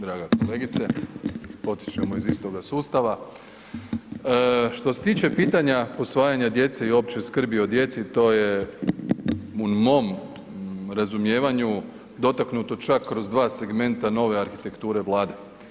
Draga kolegice, potičemo iz istoga sustava, što se tiče pitanja posvajanja djece i općoj skrbi o djeci, to je u mom razumijevanju dotaknuto čak kroz 2 segmenta nove arhitekture Vlade.